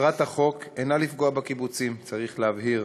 מטרת החוק אינה לפגוע בקיבוצים, צריך להבהיר,